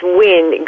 wind